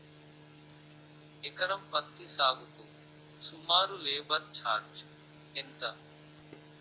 ఎకరం పత్తి సాగుకు సుమారు లేబర్ ఛార్జ్ ఎంత?